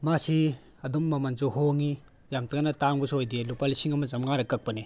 ꯃꯥꯁꯤ ꯑꯗꯨꯝ ꯃꯃꯜꯁꯨ ꯍꯣꯡꯉꯤ ꯌꯥꯝ ꯀꯟꯅ ꯇꯥꯡꯕꯁꯨ ꯑꯣꯏꯗꯦ ꯂꯨꯄꯥ ꯂꯤꯁꯤꯡ ꯑꯃ ꯆꯥꯝꯃꯉꯥꯗ ꯀꯛꯄꯅꯦ